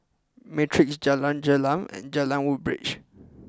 Matrix Jalan Gelam and Jalan Woodbridge